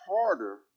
harder